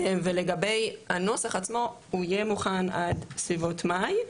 לגבי הנוסח עצמו, הוא יהיה מוכן עד סביבות מאי.